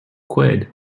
quid